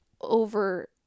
over